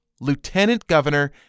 Lieutenant-Governor